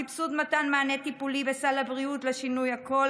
סבסוד מתן מענה טיפולי בסל הבריאות לשינוי הקול,